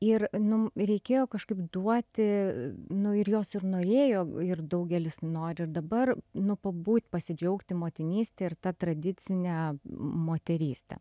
ir nu reikėjo kažkaip duoti nu ir jos ir norėjo ir daugelis nori ir dabar nu pabūt pasidžiaugti motinyste ir ta tradicine moteryste